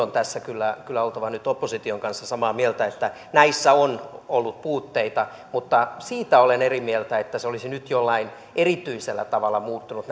on tässä kyllä kyllä oltava nyt opposition kanssa samaa mieltä että näissä on ollut puutteita mutta siitä olen eri mieltä että se olisi nyt jollain erityisellä tavalla muuttunut